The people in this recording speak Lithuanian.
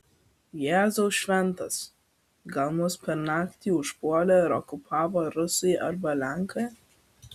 jėzau šventas gal mus per naktį užpuolė ir okupavo rusai arba lenkai